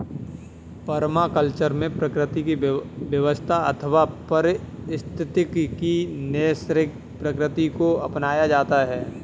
permaculture में प्रकृति की व्यवस्था अथवा पारिस्थितिकी की नैसर्गिक प्रकृति को अपनाया जाता है